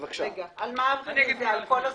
על מה הרביזיה, על כל הסעיפים?